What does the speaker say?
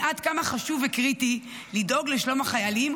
עד כמה חשוב וקריטי לדאוג לשלום החיילים,